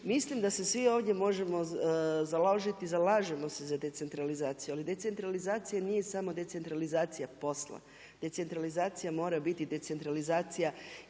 mislim da se svi ovdje možemo založiti i zalažemo se za decentralizaciju, ali decentralizacija nije samo decentralizacija posla, decentralizacija mora biti decentralizacija